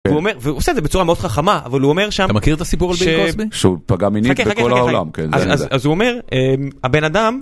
והוא עושה את זה בצורה מאוד חכמה, אבל הוא אומר שם... אתה מכיר את הסיפור על ביל קוסבי? שהוא פגע מינית בכל העולם. אז הוא אומר, הבן אדם...